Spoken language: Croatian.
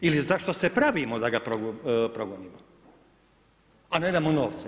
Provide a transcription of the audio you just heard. Ili zašto se pravimo da ga progonimo, a ne damo novce?